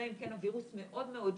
אלא אם כן הווירוס מאוד מאוד שונה,